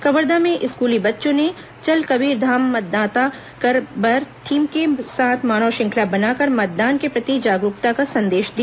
कवर्धा में स्कूली बच्चों ने चल कबीरधाम मतदान करे बर थीम के साथ मानव श्रृंखला बनाकर मतदान के प्रति जागरूकता का संदेश दिया